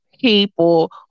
people